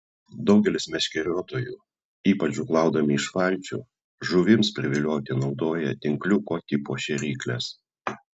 daugelis meškeriotojų ypač žūklaudami iš valčių žuvims privilioti naudoja tinkliuko tipo šėrykles